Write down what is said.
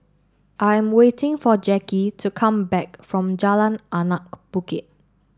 I'm waiting for Jacki to come back from Jalan Anak Bukit